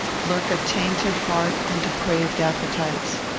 lurk a tainted heart and depraved appetites.